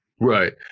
Right